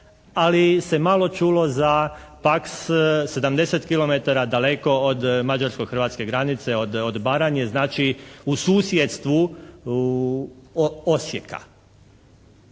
ali se malo čulo za "Paks" 70 kilometara daleko od mađarsko-hrvatske granice od Baranje, znači u susjedstvu Osijeka.